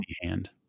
hand